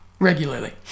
Regularly